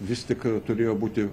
vis tik turėjo būti